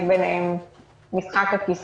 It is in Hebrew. פעם אחת בלבד במשך כהונתה של